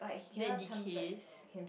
then it decays